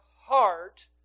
heart